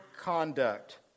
conduct